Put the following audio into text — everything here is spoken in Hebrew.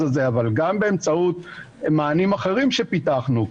הזה אבל גם באמצעות מענים אחרים שפיתחנו,